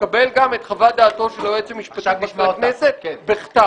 לקבל גם את חוות דעתו של היועץ המשפטי של ועדת הכנסת בכתב,